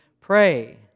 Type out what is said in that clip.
pray